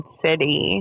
city